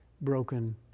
broken